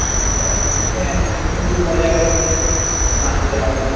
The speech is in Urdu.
اچھا تو کتنے کتنے دور پڑ جائے گا مجھے یہاں سے جلال گڑھ